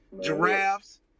giraffes